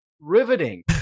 riveting